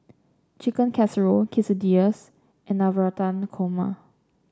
Chicken Casserole Quesadillas and Navratan Korma